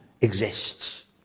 exists